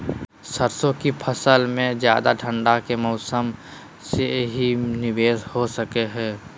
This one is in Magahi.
सरसों की फसल में ज्यादा ठंड के मौसम से की निवेस हो सको हय?